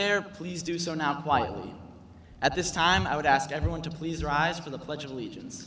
there please do so now while at this time i would ask everyone to please rise for the pledge of allegiance